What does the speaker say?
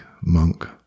monk